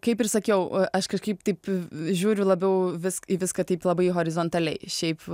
kaip ir sakiau aš kažkaip taip žiūriu labiau viską į viską taip labai horizontaliai šiaip